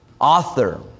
author